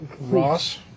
Ross